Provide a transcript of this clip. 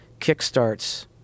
kickstarts